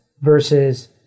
versus